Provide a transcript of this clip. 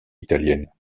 italienne